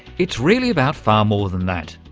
it's really about far more than that.